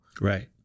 Right